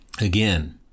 again